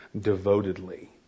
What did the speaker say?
devotedly